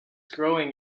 growing